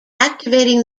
activating